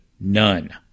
None